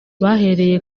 bahereye